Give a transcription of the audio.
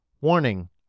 Warning